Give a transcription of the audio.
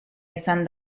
izan